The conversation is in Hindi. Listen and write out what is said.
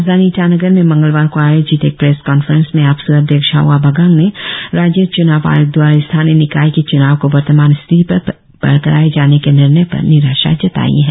राजधानी ईटानगर में मंगलवार को आयोजित एक प्रेस कांफ्रेंस में आप्सू अध्यक्ष हवा बागांग ने राज्य चुनाव आयोग दवारा स्थानीय निकाय के चुनाव को वर्तमान स्थिति पर कराए जाने के निर्णय पर निराशा जतायी है